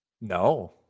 No